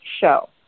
show